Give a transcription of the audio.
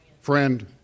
Friend